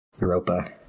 Europa